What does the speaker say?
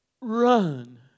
run